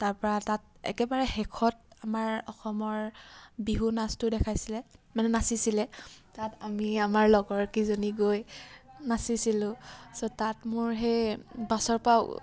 তাৰপৰা তাত একেবাৰে শেষত আমাৰ অসমৰ বিহু নাচটো দেখাইছিলে মানে নাচিছিলে তাত আমি আমাৰ লগৰকেইজনী গৈ নাচিছিলোঁ তাৰপাছত তাত মোৰ সেই বাছৰপৰা